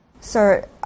Sir